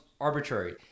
arbitrary